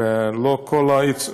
ולא כל היצוא,